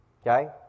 Okay